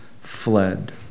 fled